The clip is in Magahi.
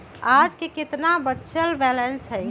आज केतना बचल बैलेंस हई?